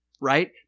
right